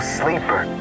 sleeper